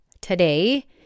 today